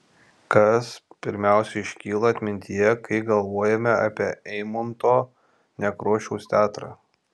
kas pirmiausia iškyla atmintyje kai galvojame apie eimunto nekrošiaus teatrą